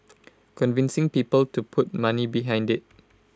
convincing people to put money behind IT